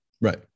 Right